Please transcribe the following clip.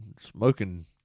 smoking